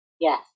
Yes